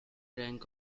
rank